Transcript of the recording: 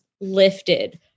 lifted